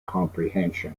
comprehension